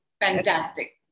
Fantastic